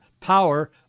power